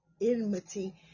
enmity